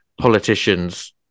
politicians